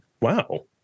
Wow